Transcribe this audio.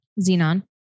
Xenon